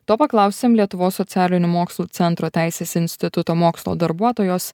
to paklausėm lietuvos socialinių mokslų centro teisės instituto mokslo darbuotojos